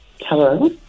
Hello